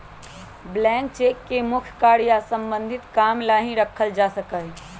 blank cheque के मुख्य कार्य या सम्बन्धित काम ला ही रखा जा सका हई